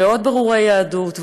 ועוד בירורי יהדות,